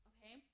Okay